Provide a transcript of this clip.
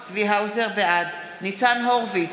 בעד ניצן הורוביץ,